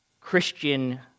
Christian